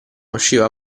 usciva